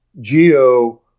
geo